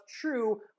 true